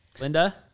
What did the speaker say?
Linda